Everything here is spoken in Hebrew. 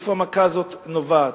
מאיפה המכה הזאת נובעת.